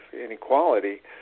inequality